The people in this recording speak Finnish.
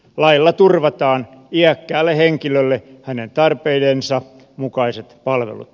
lailla turvataan iäkkäälle henkilölle hänen tarpeidensa mukaiset palvelut